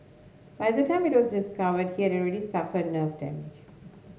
by the time it was discovered he had already suffered nerve damage